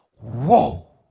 whoa